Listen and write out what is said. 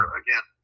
again